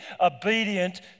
obedient